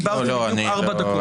דיברתי בדיוק ארבע דקות.